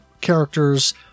characters